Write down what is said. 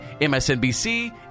MSNBC